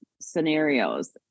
scenarios